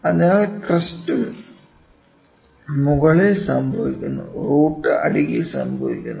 അതിനാൽ ക്രെസ്റ് മുകളിൽ സംഭവിക്കുന്നു റൂട്ട് അടിയിൽ സംഭവിക്കുന്നു